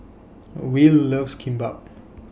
Will loves Kimbap